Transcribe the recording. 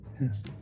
yes